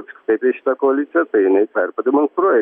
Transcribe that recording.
apskritai prieš šitą koaliciją tai jinai tą ir pademonstruoja